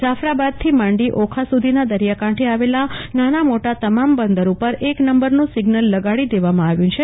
જાફરાબાદ થી માંડી ઓખા સુધી ના દરિયા કાંઠે આવેલા નાના મોટા તમામ બંદર ઉપર એક નંબર નું સિગ્નલ લગાડી દેવામાં આવ્યું છે